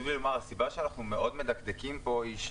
שהסיבה שאנחנו מאוד מדקדקים פה היא,